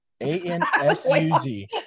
A-N-S-U-Z